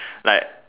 like